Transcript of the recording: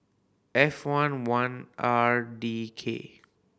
F four one R D K